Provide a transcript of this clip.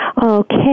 Okay